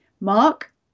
Mark